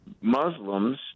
Muslims